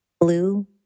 Blue